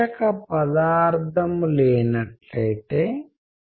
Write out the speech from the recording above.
మీరు కవితను అర్థం చేసుకోవడానికి సాధ్యమయ్యే మార్గాలలో ఒకటి ఇలాంటిది చెప్పడం